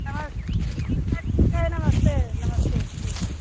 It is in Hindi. नमस ठीक है ठीक है नमस्ते नमस्ते ठीक है